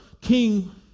king